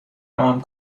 عام